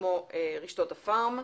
כמו רשתות הפארם.